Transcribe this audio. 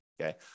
okay